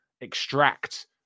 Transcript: extract